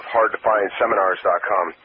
HardToFindSeminars.com